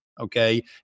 okay